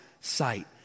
sight